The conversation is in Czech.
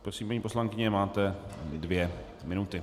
Prosím, paní poslankyně, máte dvě minuty.